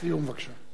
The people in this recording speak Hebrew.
אדוני ראש הממשלה,